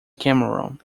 cameron